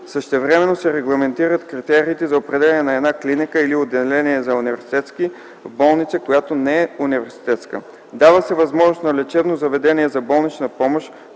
Същевременно се регламентират критериите за определяне на една клиника или отделение за университетски в болница, която не е университетска. Дава се възможност на лечебно заведение за болнична помощ,